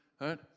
Right